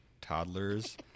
toddlers